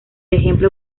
ejemplo